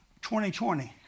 2020